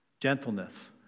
Gentleness